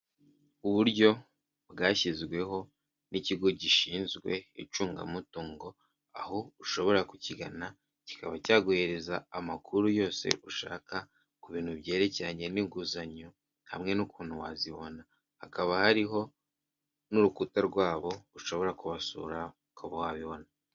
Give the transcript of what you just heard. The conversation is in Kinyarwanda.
Uburyo bwashyizweho n'ikigo gishinzwe icungamutungo, aho ushobora kukigana kikaba cyaguhereza amakuru yose ushaka ku bintu byerekeranye n'inguzanyo hamwe n'ukuntu wazibona, hakaba hariho n'urukuta rwabo ushobora kubasura ukaba wabibona.